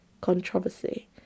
controversy